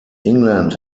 england